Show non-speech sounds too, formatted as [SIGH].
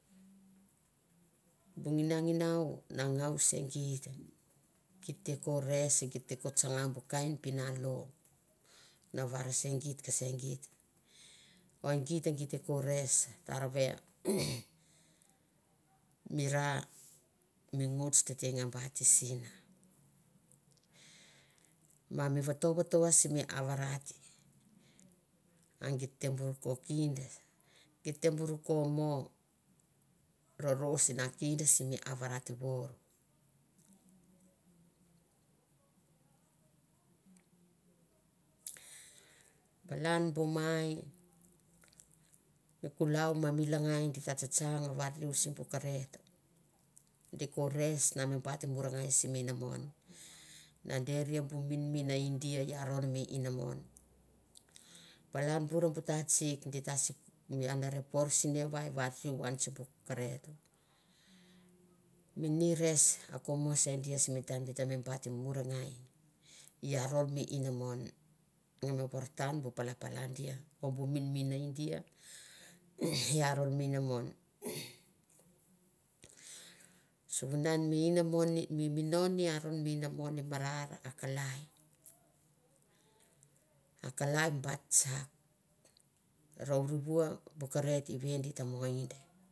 Bu nginananginau na ngau se geit. to ko resgeit te ko tsana bu kain pinalo na varse geit kase geit o geit. te ko res tarave [NOISE] mi ra mi nguts, tete nga bat sin. Ma mi vato vato simi avarat, a geit te ko kinda. geit te bor ko mo, rorong sina kinda simi avarat vor. [NOISE] Palan bu mai, mi kulau ma mi langai di ta tstsang variu sim bu karet, di ko res na bait simi inamon, na deri bu min min dia iaron mi inamon. Palan bur bu tatsik di ta si por sinavai va su van sim bu karet. mi nires a ko mo se dia sim taim di ta me bait murangai i aron mi inamon nge me vorotan bu pala dia o bu min min dia [NOISE] i aron mi inamon [NOISE] sivunan mi inamon. mi minaon i aron mi inamon i marmar a kalai a kalai bait tsak. rourua bu karet ive di ta mo in.